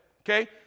okay